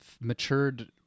matured